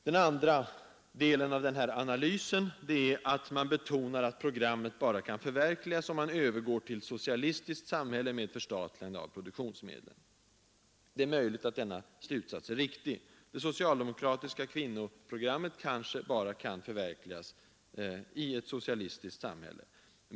Den andra delen av den här analysen är att man betonar, att programmet kan förverkligas bara om man övergår till ett socialistiskt samhälle med förstatligande av produktionsmedlen. Det är möjligt att denna slutsats är riktig. Det socialdemokratiska kvinnoprogrammet kanske kan förverkligas bara i ett socialistiskt samhälle.